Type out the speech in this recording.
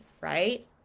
right